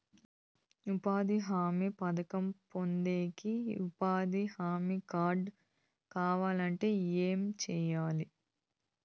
ఉపాధి హామీ పథకం పొందేకి ఉపాధి హామీ కార్డు కావాలంటే ఏమి సెయ్యాలి?